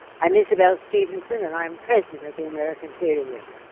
i'm isabelle stevenson, and i am president of the american theatre wing.